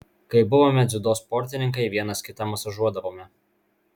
kai buvome dziudo sportininkai vienas kitą masažuodavome